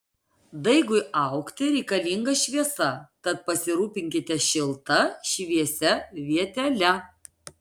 daigui augti reikalinga šviesa tad pasirūpinkite šilta šviesia vietele